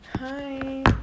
hi